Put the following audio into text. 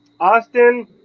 Austin